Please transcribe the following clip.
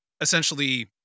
Essentially